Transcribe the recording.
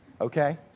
okay